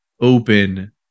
open